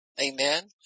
Amen